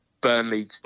Burnley